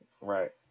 right